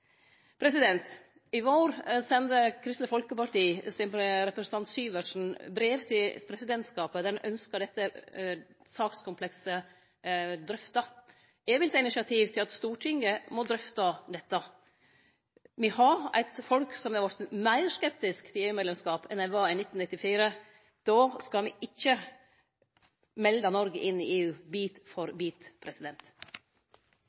I vår sende Kristeleg Folkeparti sin representant Syversen brev til presidentskapet der han ynskte dette sakskomplekset drøfta. Eg vil ta initiativ til at Stortinget må drøfte dette. Me har eit folk som har vorte meir skeptisk til norsk EU-medlemskap enn ein var i 1994. Då skal me ikkje melde Noreg inn i EU bit